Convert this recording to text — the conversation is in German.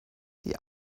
die